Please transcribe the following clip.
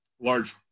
large